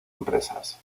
empresas